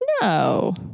No